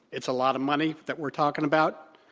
it's a lot of money that we're talking about.